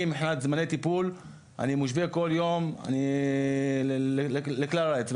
אני מבחינת זמני טיפול אני מושווה כל יום לכלל הארץ,